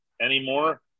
anymore